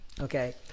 okay